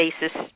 basis